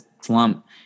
slump